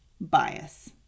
bias